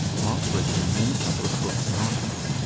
marx wrote an enormous number of books and articles,